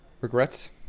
Regrets